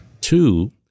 Two